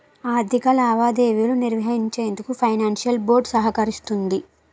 ఆర్థిక లావాదేవీలు నిర్వహించేందుకు ఫైనాన్షియల్ బోర్డ్ సహకరిస్తుంది